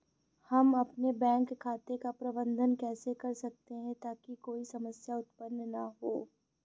हम अपने बैंक खाते का प्रबंधन कैसे कर सकते हैं ताकि कोई समस्या उत्पन्न न हो?